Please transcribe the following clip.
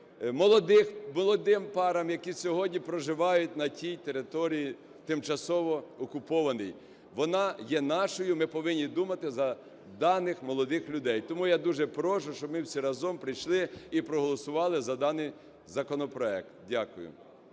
молодим парам, які сьогодні проживають на тій території тимчасово окупованій, вона є нашою, ми повинні думати за даних молодих людей. Тому я дуже прошу, щоб ми всі разом прийшли і проголосували за даний законопроект. Дякую.